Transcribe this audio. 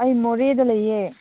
ꯑꯩ ꯃꯣꯔꯦꯗ ꯂꯩꯌꯦ